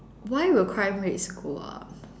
why will crime rates go up